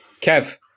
Kev